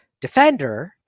defender